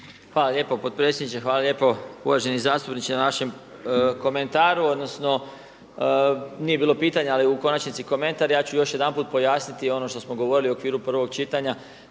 **Marić, Zdravko** Hvala uvaženi zastupniče na vašem komentaru odnosno nije bilo pitanja, ali u konačnici komentar. Ja ću još jedanput pojasniti ono što smo govorili u okviru prvog čitanja.